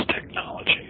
technology